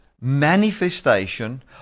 manifestation